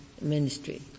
ministry